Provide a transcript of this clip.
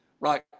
right